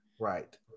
Right